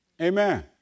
Amen